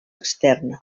externa